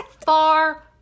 far